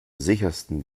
sichersten